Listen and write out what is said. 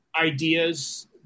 ideas